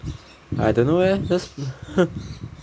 I don't know leh just !huh!